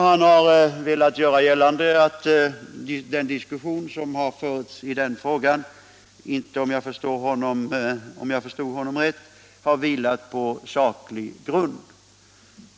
Han har velat göra gällande att den diskussion som förts i den frågan inte — om jag förstod honom rätt — har vilat på saklig grund.